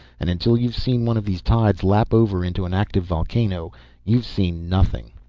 and until you've seen one of these tides lap over into an active volcano you've seen nothing.